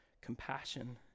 compassion